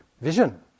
vision